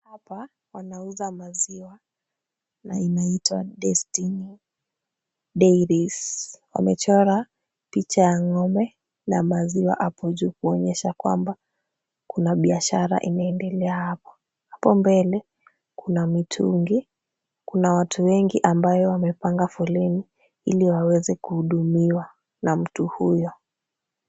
Hapa wanauza maziwa na inaitwa Destiny Dairies. Wamechora picha ya ng'ombe na maziwa hapo juu kuonyesha ya kwamba kuna biashara inaendelea hapo Hapo mbele kuna mitungi, kuna watu wengi ambayo wamepanga foleni ili waweze kuhudumiwa na mtu huyo.